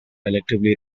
collectively